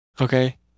Okay